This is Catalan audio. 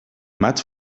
maig